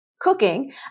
cooking